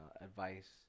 advice